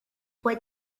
what